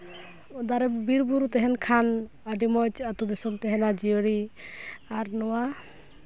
ᱫᱟᱨᱮ ᱵᱤᱨᱼᱵᱩᱨᱩ ᱛᱟᱦᱮᱱ ᱠᱷᱟᱱ ᱟᱹᱰᱤ ᱢᱚᱡᱽ ᱟᱛᱳ ᱫᱤᱥᱚᱢ ᱛᱟᱦᱮᱱᱟ ᱡᱤᱭᱟᱹᱲᱜᱮ ᱟᱨ ᱱᱚᱣᱟ